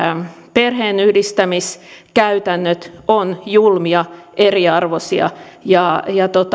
perheenyhdistämiskäytäntömme ovat julmia eriarvoistavia ja